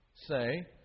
say